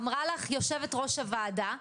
אמרה לך יושבת-ראש הוועדה,